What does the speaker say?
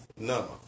No